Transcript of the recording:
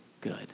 Good